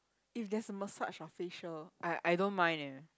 if there's a massage or facial I I don't mind leh